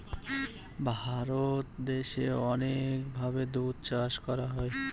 ভারত দেশে অনেক ভাবে দুধ চাষ করা হয়